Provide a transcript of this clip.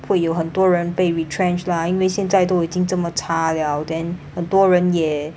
会有很多人被 retrenched lah 因为现在都已经这么差 liao then 很多人也